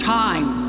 time